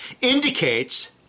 indicates